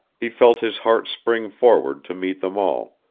he felt his heart spring forward to meet them all,